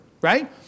right